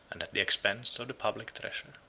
and at the expense of the public treasure.